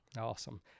Awesome